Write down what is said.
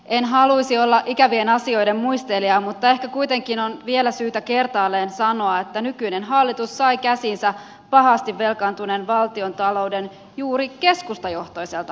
en haluaisi olla ikävien asioiden muistelija mutta ehkä kuitenkin on vielä syytä kertaalleen sanoa että nykyinen hallitus sai käsiinsä pahasti velkaantuneen valtiontalouden juuri keskustajohtoiselta hallitukselta